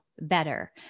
better